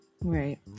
right